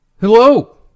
Hello